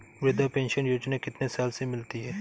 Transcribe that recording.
वृद्धा पेंशन योजना कितनी साल से मिलती है?